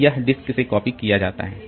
तो यह डिस्क से कॉपी किया जाता है